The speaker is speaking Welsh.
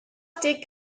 deg